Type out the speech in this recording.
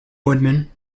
woodman